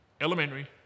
Elementary